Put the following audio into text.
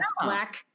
black